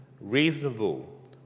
reasonable